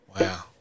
Wow